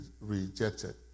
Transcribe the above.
rejected